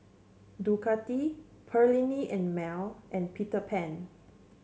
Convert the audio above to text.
Ducati Perllini and Mel and Peter Pan